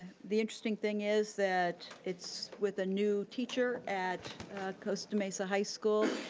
the interesting thing is that it's with a new teacher at costa mesa high school.